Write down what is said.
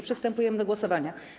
Przystępujemy do głosowania.